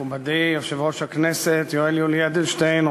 מכובדי יושב-ראש הכנסת יולי יואל אדלשטיין,